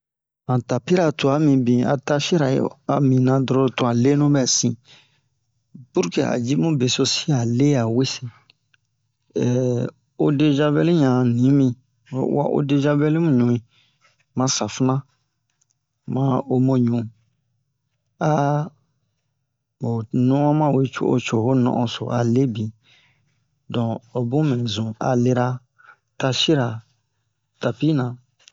han tapira tua mibin a tashira ayi a mina dron to han lenu bɛ sin purke a ji mu beso si a le awe odezavɛl yan nimi o uwa odezavɛl mu ɲui ma safina mu'a omoɲu o non'on ma we co'o co'o ho non'on so a lebin don obun mɛ zun a lera tashira tapi na ɲɲɲɲ